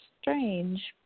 strange